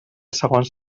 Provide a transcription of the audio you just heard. segons